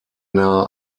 nahe